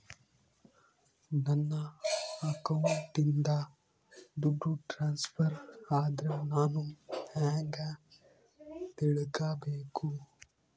ನನ್ನ ಅಕೌಂಟಿಂದ ದುಡ್ಡು ಟ್ರಾನ್ಸ್ಫರ್ ಆದ್ರ ನಾನು ಹೆಂಗ ತಿಳಕಬೇಕು?